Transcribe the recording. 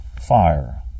fire